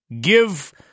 give